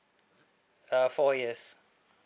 uh four years